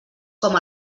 com